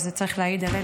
וזה צריך להעיד עלינו,